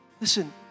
Listen